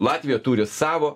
latvija turi savo